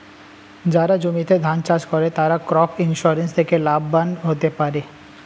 যারা জমিতে ধান চাষ করে তারা ক্রপ ইন্সুরেন্স থেকে লাভবান হতে পারে